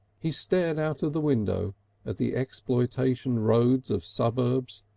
he stared out of the window at the exploitation roads of suburbs,